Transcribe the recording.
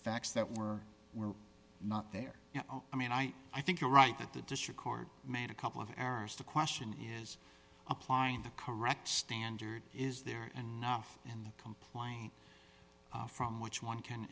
facts that were were not there i mean i i think you're right that the district court made a couple of errors the question is applying the correct standard is there and off in the complaint from which one can